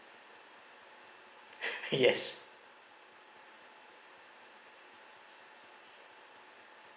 yes